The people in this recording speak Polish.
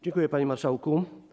Dziękuje, panie marszałku.